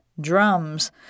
drums